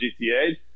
gta